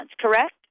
correct